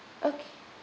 okay